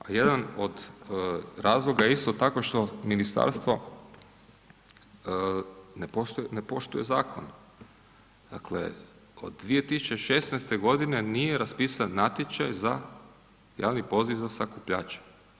A jedan od razloga je isto tako što ministarstvo ne poštuje zakon, dakle od 2016. godine nije raspisan natječaj za javni poziv za sakupljače.